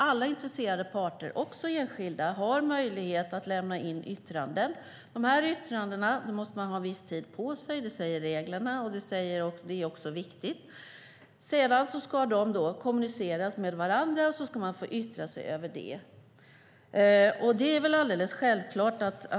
Alla intresserade parter, också enskilda, har möjlighet att lämna in yttranden. Dessa yttranden kräver en viss tid. Det säger reglerna - och det är viktigt. Sedan kan dessa yttranden kommuniceras med varandra och innebära nya yttranden.